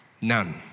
none